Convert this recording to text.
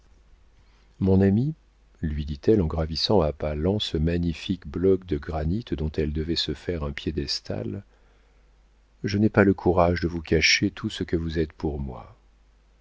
mon ami lui dit-elle en gravissant à pas lents ce magnifique bloc de granit dont elle devait se faire un piédestal je n'ai pas le courage de vous cacher tout ce que vous êtes pour moi